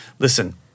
Listen